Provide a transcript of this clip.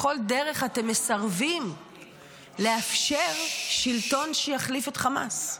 בכל דרך אתם מסרבים לאפשר שלטון שיחליף את חמאס.